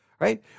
Right